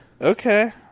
Okay